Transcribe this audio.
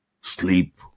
sleep